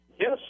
Yes